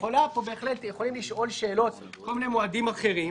יכולים בהחלט לשאול שאלות על כל מיני מועדים אחרים,